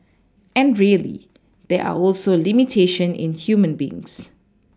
and really there are also limitation in human beings